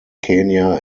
kenya